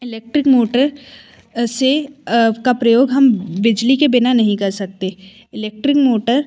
electric motor से का प्रयोग हम बिजली के बिना नहीं कर सकते इलेक्ट्रिक मोटर